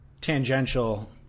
tangential